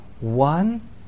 one